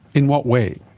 in what way?